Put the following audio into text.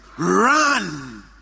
run